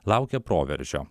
laukia proveržio